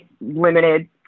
limited